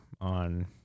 on